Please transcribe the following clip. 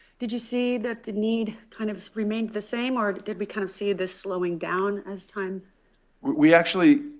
did you see that the need kind of remained the same or did we kind of see this slowing down as time we actually,